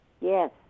Yes